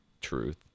truth